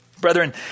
Brethren